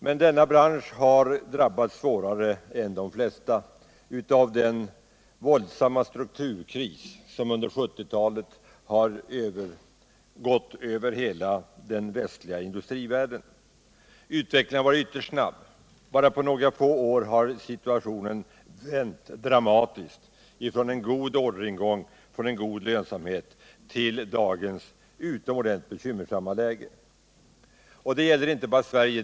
Men denna bransch har drabbats svårare än de flesta av den våldsamma strukturkris som under 1970-talet har gått över hela den västliga industrivärlden. Utvecklingen har varit ytterst snabb. Bara på några få år har situationen dramatiskt ändrats från en god orderingång och god lönsamhet till dagens utomordentligt bekymmersamma läge. Det gäller inte bara Sverige.